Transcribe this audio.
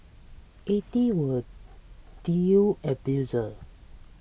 eighty were new abusers